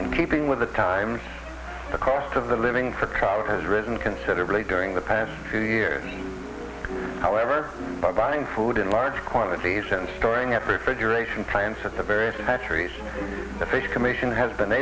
in keeping with the times the cost of the living for trout has risen considerably during the past few years however by buying food in large quantities and storing at refrigeration plants at the various hatcheries the fish commission has been